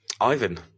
Ivan